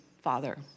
Father